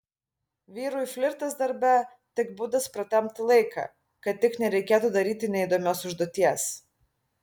vyrui flirtas darbe tik būdas pratempti laiką kad tik nereikėtų daryti neįdomios užduoties